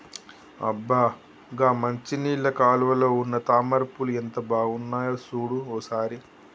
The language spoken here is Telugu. అబ్బ గా మంచినీళ్ళ కాలువలో ఉన్న తామర పూలు ఎంత బాగున్నాయో సూడు ఓ సారి